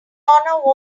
honor